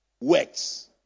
works